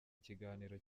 ikiganiro